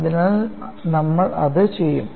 അതിനാൽ നമ്മൾ അത് ചെയ്യും